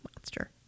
monster